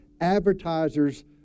advertisers